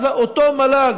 אז אותו מל"ג,